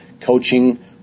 coaching